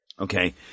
Okay